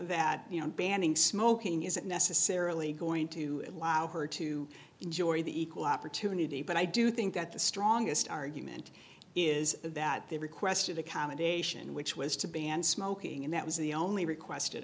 that banning smoking isn't necessarily going to allow her to enjoy the equal opportunity but i do think that the strongest argument is that they requested accommodation which was to ban smoking and that was the only requested